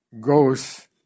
goes